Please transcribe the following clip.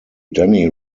danny